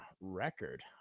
record